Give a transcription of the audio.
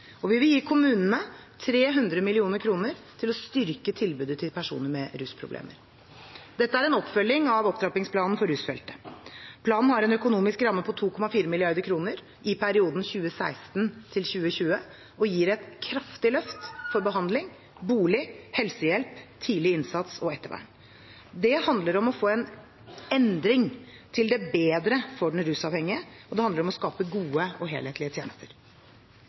og vi vil gi kommunene 300 mill. kr til å styrke tilbudet til personer med rusproblemer. Dette er en oppfølging av Opptrappingsplanen for rusfeltet. Planen har en økonomisk ramme på 2,4 mrd. kr i perioden 2016–2020 og gir et kraftig løft for behandling, bolig, helsehjelp, tidlig innsats og ettervern. Det handler om å få en endring til det bedre for den rusavhengige. Det handler om å skape gode og helhetlige tjenester.